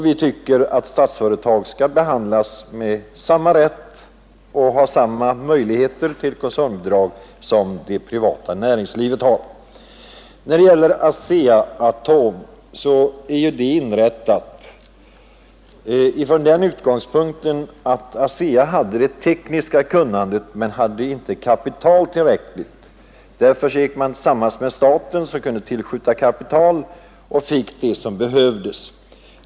Vi anser att Statsföretag AB skall ha samma rätt till koncernbidrag som det privata näringslivet har. Asea-Atom är inrättat från den utgångspunkten att ASEA hade det tekniska kunnandet men inte tillräckligt med kapital. Därför gick man samman med staten, som skulle tillskjuta det kapital som behövdes.